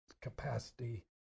capacity